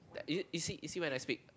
is it you see you see when I speak